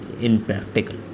impractical